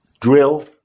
drill